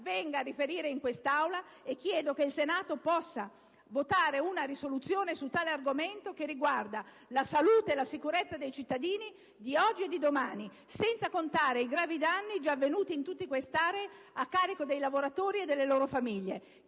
venga a riferire in quest'Aula e chiedo che il Senato possa votare una risoluzione su tale argomento, che riguarda la salute e la sicurezza dei cittadini di oggi e di domani, senza contare i gravi danni già avvenuti in tutte queste aree a carico dei lavoratori e delle loro famiglie.